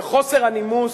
בחוסר הנימוס,